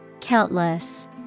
Countless